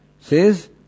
Says